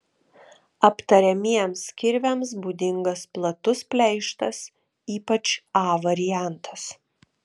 aptariamiems kirviams būdingas platus pleištas ypač a variantas